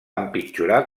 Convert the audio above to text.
empitjorar